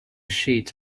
sheet